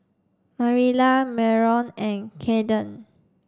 Marilla Myron and Kaydence